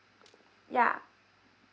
yeah